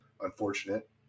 unfortunate